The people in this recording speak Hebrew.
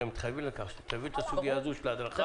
אתם מתחייבים לכך שאתם תביאו את הסוגיה הזו של ההדרכה.